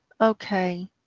Okay